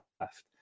left